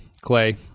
Clay